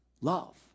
Love